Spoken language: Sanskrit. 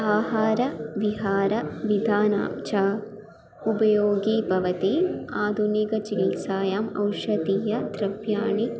आहारविहारविधानां च उपयोगी भवति आधुनिकचिकित्सायाम् औषधीयद्रव्याणि